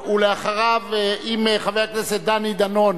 ואחריו, אם חבר הכנסת דני דנון